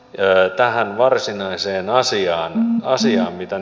mutta tähän varsinaiseen asiaan mikä nyt on